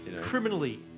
criminally